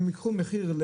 הם ייקחו מחיר,